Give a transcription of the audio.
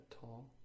tall